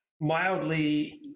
mildly